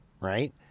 right